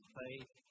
faith